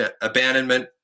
abandonment